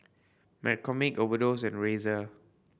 McCormick Overdose and Razer